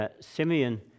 Simeon